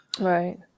right